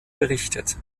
berichtet